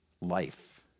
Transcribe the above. life